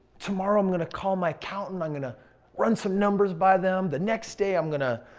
tomorrow i'm going to call my accountant. i'm going to run some numbers by them. the next day i'm going to.